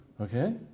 okay